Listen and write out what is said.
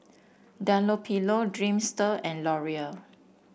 Dunlopillo Dreamster and Laurier